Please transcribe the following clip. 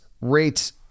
rates